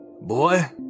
Boy